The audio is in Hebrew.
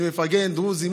ואני מפרגן לדרוזי,